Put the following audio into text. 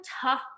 tough